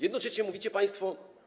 Jednocześnie mówicie państwo.